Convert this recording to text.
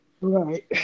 Right